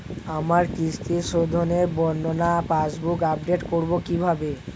আমার কিস্তি শোধে বর্ণনা পাসবুক আপডেট করব কিভাবে?